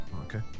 Okay